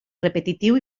repetitiu